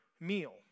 meal